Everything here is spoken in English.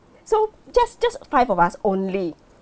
so just just five of us only